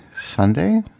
Sunday